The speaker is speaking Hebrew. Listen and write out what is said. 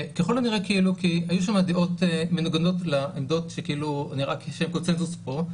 ככל הנראה כי היו שם דעות מנוגדות לעמדות שנראות קונצנזוס פה.